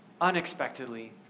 unexpectedly